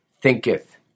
thinketh